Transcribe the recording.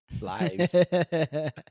lives